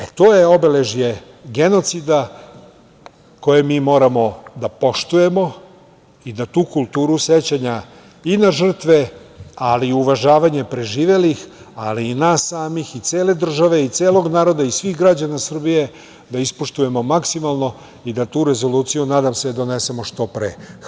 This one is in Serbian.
E, to je obeležje genocida koje mi moramo da poštujemo i da tu kulturu sećanja i na žrtve, ali i uvažavanje preživelih, ali nas samih i cele države i celog naroda i svih građana Srbije da ispoštujemo maksimalno i da tu rezoluciju, nadam se, donesemo što pre.